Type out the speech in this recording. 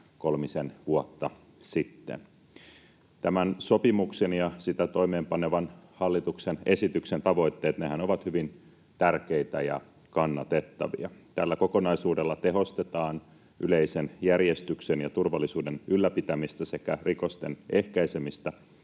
kolmisen vuotta sitten. Tämän sopimuksen ja sitä toimeenpanevan hallituksen esityksen tavoitteethan ovat hyvin tärkeitä ja kannatettavia. Tällä kokonaisuudella tehostetaan yleisen järjestyksen ja turvallisuuden ylläpitämistä sekä rikosten ehkäisemistä,